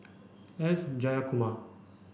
S Jayakumar